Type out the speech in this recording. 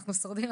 אנחנו שורדים,